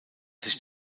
sich